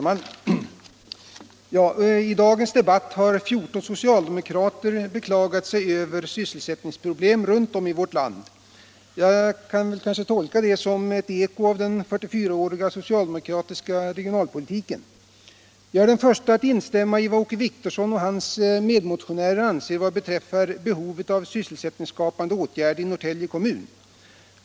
Herr talman! I dagens debatt har 14 socialdemokrater beklagat sig över sysselsättningsproblem runt om i vårt land. Jag tolkar det som ett eko av den 44-åriga socialdemokratiska regionalpolitiken. Jag är den förste att instämma i vad Åke Wictorsson och hans medmotionärer anfört om behovet av sysselsättningsskapande åtgärder i Norrtälje kommun.